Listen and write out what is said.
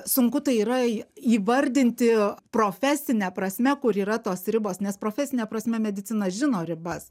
sunku tai yra įvardinti profesine prasme kur yra tos ribos nes profesine prasme medicina žino ribas